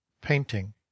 painting